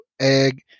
egg